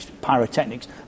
pyrotechnics